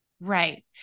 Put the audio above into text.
Right